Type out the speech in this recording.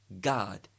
God